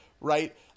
Right